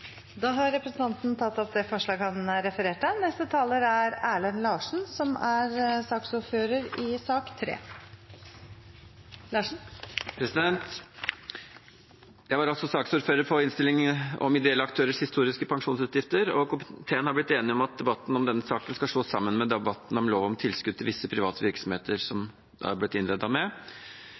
Da har representanten Tore Hagebakken tatt opp det forslaget han viste til. Jeg var altså saksordfører for innstillingen om ideelle aktørers historiske pensjonsutgifter, og komiteen har blitt enig om at debatten om denne saken skal slås sammen med debatten om lov om tilskudd til visse private virksomheter, som det er blitt innledet med.